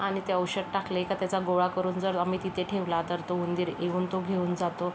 आणि ते औषध टाकले का त्याचा गोळा करून जर आम्ही तिथे ठेवला तर तो उंदीर येऊन तो घेऊन जातो